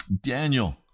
Daniel